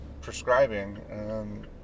prescribing